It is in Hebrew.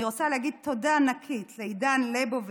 אני רוצה להגיד תודה ענקית לעידן ליבוביץ',